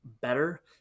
better